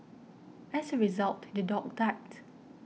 as a result the dog died